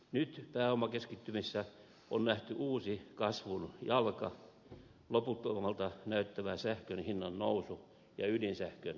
nyt pääomakeskittymissä on nähty uusi kasvun jalka loputtomalta näyttävä sähkön hinnan nousu ja ydinsähkön vienti